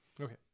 Okay